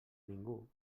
ningú